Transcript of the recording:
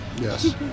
Yes